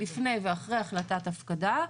לפני ואחרי החלטת הפקדה,